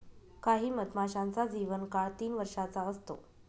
काही मधमाशांचा जीवन काळ तीन वर्षाचा असतो